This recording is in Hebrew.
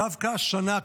דווקא השנה,